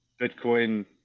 Bitcoin